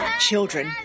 Children